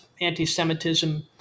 anti-Semitism